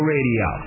Radio